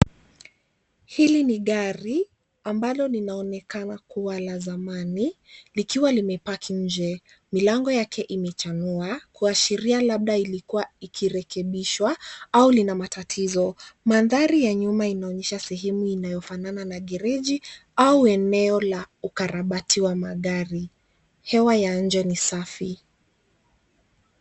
Hili ni gari amblo linaonekana kuwa la zamani likiwa limepaki nje. Milango yake imechanua kuashiria labda ilikua ikirekebishwa au lina matatizo. Mandhari ya nyuma inaonyesha sehemu inayofanana na garage au eneo la ukarabati wa magari. Hewa ya nje ni safi.